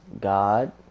God